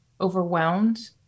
overwhelmed